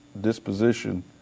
disposition